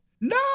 No